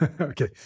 Okay